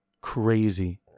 crazy